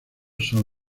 son